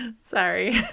Sorry